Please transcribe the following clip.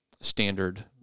standard